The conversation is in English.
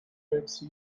its